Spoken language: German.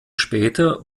später